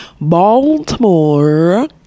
Baltimore